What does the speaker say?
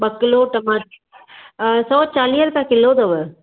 ॿ किलो ट्माट सौ चालीह रुपया किलो अथव